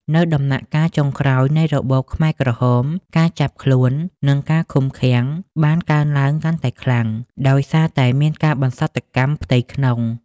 នៅដំណាក់កាលចុងក្រោយនៃរបបខ្មែរក្រហម ការចាប់ខ្លួន និងការឃុំឃាំងបានកើនឡើងកាន់តែខ្លាំង ដោយសារតែមានការបន្សុទ្ធកម្មផ្ទៃក្នុង។